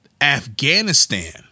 Afghanistan